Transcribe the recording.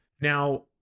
Now